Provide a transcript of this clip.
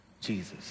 Jesus